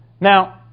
Now